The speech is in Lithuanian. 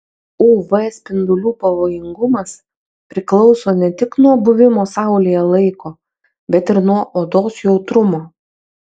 uv spindulių pavojingumas priklauso ne tik nuo buvimo saulėje laiko bet ir nuo odos jautrumo